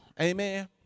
Amen